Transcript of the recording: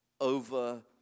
over